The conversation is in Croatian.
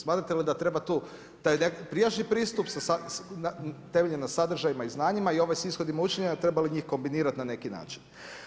Smatrate li da treba tu taj prijašnji pristup temeljem na sadržajima i znanjima i ovaj sa ishodima učenja, treba li njih kombinirati na neki način?